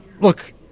look